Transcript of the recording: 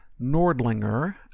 Nordlinger